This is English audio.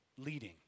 leading